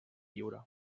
lliure